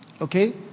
Okay